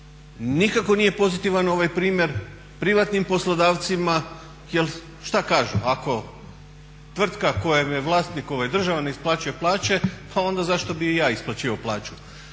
nikako nije pozitivan primjer privatnim poslodavcima. Jer šta kažu, ako tvrtka koja je vlasnik, država ne isplaćuje plaće pa onda zašto bih i ja isplaćivao plaću.